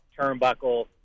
turnbuckle